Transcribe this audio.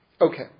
okay